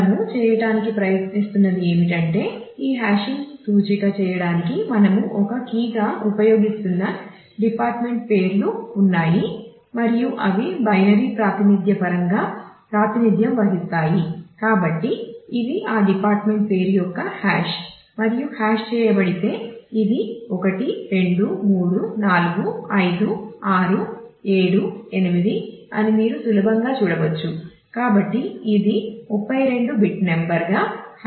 మనము చేయటానికి ప్రయత్నిస్తున్నది ఏమిటంటే ఈ హాషింగ్ చేయబడుతుంది